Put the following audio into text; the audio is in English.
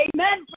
Amen